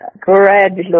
gradually